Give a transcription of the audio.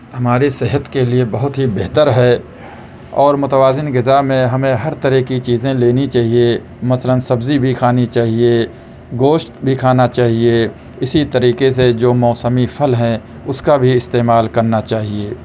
ہمارے صحت کے لئے بہت ہی بہتر ہے اور متوازن غذا میں ہمیں ہر طرح کی چیزیں لینی چاہئے مثلا سبزی بھی کھانی چاہئے گوشت بھی کھانا چاہئے اسی طریقے سے جو موسمی پھل ہیں اس کا بھی استعمال کرنا چاہئے